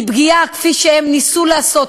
כי פגיעה כפי שהם ניסו לעשות,